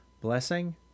Blessing